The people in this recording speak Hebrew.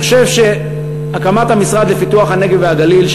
אני חושב שהמשרד לפיתוח הנגב והגליל,